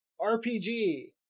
RPG